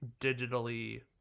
digitally